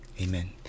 Amen